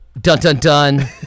Dun-dun-dun